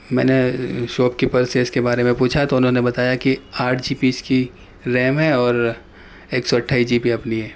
میں نے shopkeeper سے اس کے بارے میں پوچھا تو انہوں نے بتایا کہ آٹھ جی بی اس کی ریم ہے اور ایک سو اٹھائیس جی بی اپنی یہ